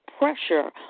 pressure